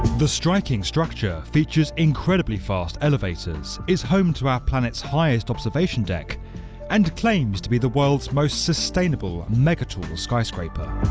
the striking structure features incredibly fast elevators, is home to our planet's highest observation deck and claims to be the world's most sustainable megatall skyscraper.